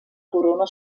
corona